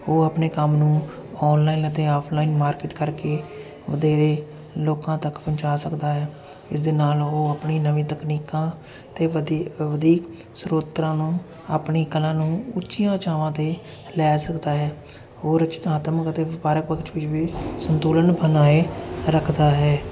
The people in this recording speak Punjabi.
ਉਹ ਆਪਣੇ ਕੰਮ ਨੂੰ ਆਨਲਾਈਨ ਅਤੇ ਆਫਲਾਈਨ ਮਾਰਕੀਟ ਕਰਕੇ ਵਧੇਰੇ ਲੋਕਾਂ ਤੱਕ ਪਹੁੰਚਾ ਸਕਦਾ ਹੈ ਇਸ ਦੇ ਨਾਲ ਉਹ ਆਪਣੀ ਨਵੀਂ ਤਕਨੀਕਾਂ ਅਤੇ ਵਧੀ ਵਧੀਕ ਸਰੋਤਰਾਂ ਨੂੰ ਆਪਣੀ ਕਲਾ ਨੂੰ ਉੱਚੀਆਂ ਉਚਾਈਆਂ 'ਤੇ ਲੈ ਸਕਦਾ ਹੈ ਹੋਰ ਰਚਨਾਤਮਕ ਅਤੇ ਵਪਾਰਕ ਵਕਤ ਵਿੱਚ ਵੀ ਸੰਤੁਲਨ ਬਨਾਏ ਰੱਖਦਾ ਹੈ